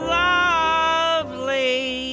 lovely